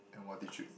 and what did you eat